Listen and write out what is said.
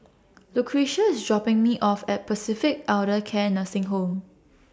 Lucretia IS dropping Me off At Pacific Elder Care Nursing Home